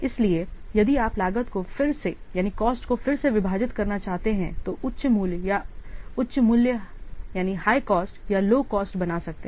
इसलिए यदि आप लागत को फिर से विभाजित करना चाहते हैं तो उच्च मूल्य या उच्च मूल्य हाय कॉस्ट या लो कॉस्ट बना सकते हैं